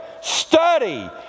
study